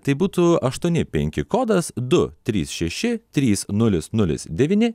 tai būtų aštuoni penki kodas du trys šeši trys nulis nulis devyni